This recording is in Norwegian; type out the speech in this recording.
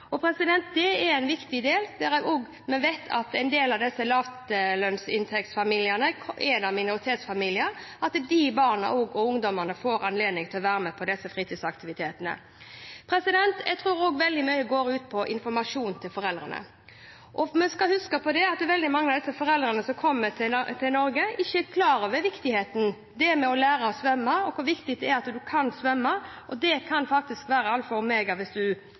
Det er en viktig del av dette. Vi vet at en del av disse lavinntektsfamiliene er minoritetsfamilier, og at de barna og ungdommene da får anledning til å være med på disse fritidsaktivitetene. Jeg tror også veldig mye handler om informasjon til foreldrene. Vi skal huske at veldig mange av de foreldrene som kommer til Norge, ikke er klar over viktigheten av det å lære å svømme, hvor viktig det er at man kan svømme, og at det faktisk kan være